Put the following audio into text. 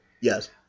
Yes